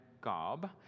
Gob